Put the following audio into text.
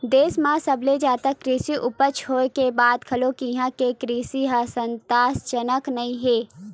देस म सबले जादा कृषि उपज होए के बाद घलो इहां के कृषि ह संतासजनक नइ हे